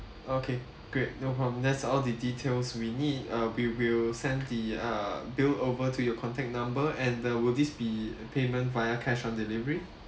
okay great no problem that's all the details we need uh we will send the uh bill over to your contact number and the will this be payment via cash on delivery